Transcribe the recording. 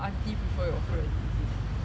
aunty prefer your friend is it